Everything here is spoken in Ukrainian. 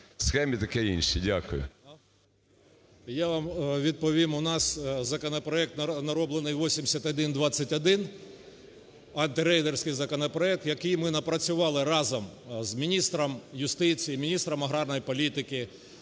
БАКУМЕНКО О.Б. Я вам відповім. У нас законопроект нароблений 8121, антирейдерський законопроект, який ми напрацювали разом з міністром юстиції, міністром аграрної політики,